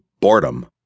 boredom